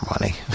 money